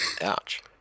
Ouch